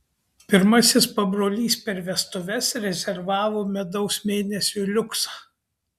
pirmasis pabrolys per vestuves rezervavo medaus mėnesiui liuksą